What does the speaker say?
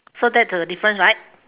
so that's the difference right